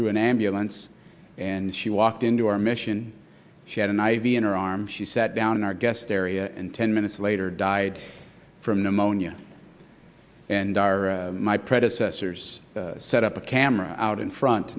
through an ambulance and she walked into our mission she had an i v in her arm she sat down in our guest area and ten minutes later died from pneumonia and our my predecessors set up a camera out in front